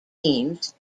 teams